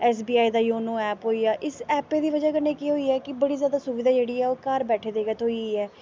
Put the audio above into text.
S B I दा YONO app होई गेआ इस ऐपा दी बजह कन्नै केह् होई गेआ कि बड़ी जैदा सुविधा जेह्ड़ी ऐ ओह् घार बैठे दे गै थ्होई ऐ